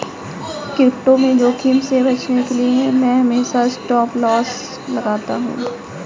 crypto में जोखिम से बचने के लिए मैं हमेशा स्टॉपलॉस लगाता हूं